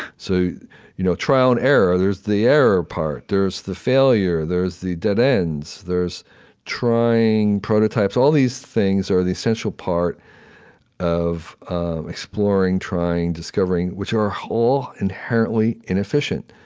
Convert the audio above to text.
so you know trial and error, there's the error part. there's the failure. there's the dead ends. there's trying prototypes. all these things are the essential part of exploring, trying, discovering, which are all inherently inefficient.